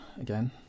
again